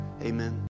Amen